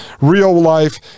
real-life